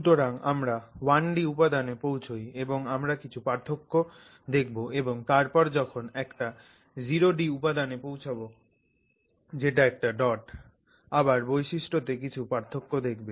সুতরাং আমরা 1 ডি উপাদানে পৌঁছই এবং তোমরা কিছু পার্থক্য দেখবে এবং তারপর যখন একটা 0 ডি উপাদানে পৌছবে যেটা একটা ডট আবার বৈশিষ্ট্যতে কিছু পার্থক্য দেখবে